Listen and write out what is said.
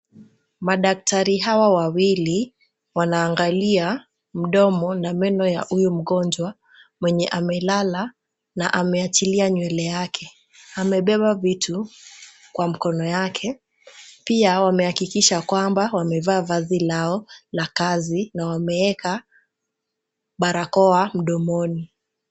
Madaktari hawa wawili wanaangalia mdomo na meno ya huyu mgonjwa, mwenye amelala na ameachilia nywele yake. Amebeba vitu kwa mkono yake. Pia wamehakikisha kwamba wamevaa vazi lao la kazi na wameeka barakoa mdomoni.